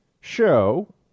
show